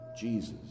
Jesus